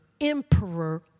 Emperor